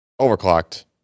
overclocked